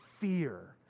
fear